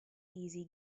easy